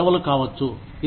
ఇది సెలవులు కావచ్చు